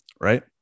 right